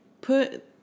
put